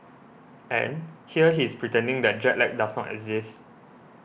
and here he is pretending that jet lag does not exist